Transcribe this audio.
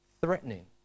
threatening